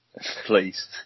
please